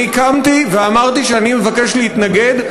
אני קמתי ואמרתי שאני מבקש להתנגד.